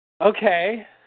Okay